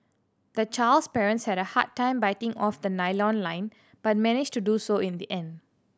the child's parents had a hard time biting off the nylon line but managed to do so in the end